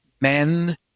men